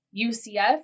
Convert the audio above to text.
UCF